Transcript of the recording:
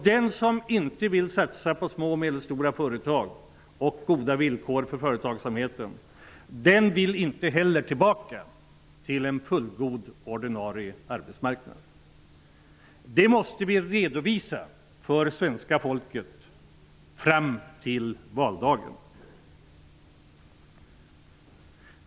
Den som inte vill satsa på små och medelstora företag och goda villkor för företagsamheten, den vill heller inte tillbaka till en fullgod ordinarie arbetsmarknad. Det måste vi redovisa för svenska folket fram till valdagen.